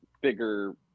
bigger